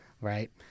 right